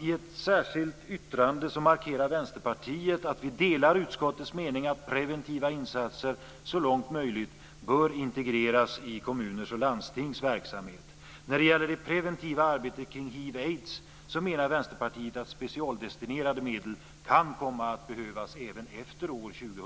I ett särskilt yttrande markerar Vänsterpartiet att vi delar utskottets mening att preventiva insatser så långt möjligt bör integreras i kommuners och landstings verksamhet. När det gäller det preventiva arbetet kring hiv/aids menar Vänsterpartiet att specialdestinerade medel kan komma att behövas även efter år 2000.